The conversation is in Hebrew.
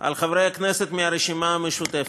על חברי הכנסת מהרשימה המשותפת: